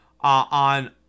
on